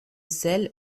celle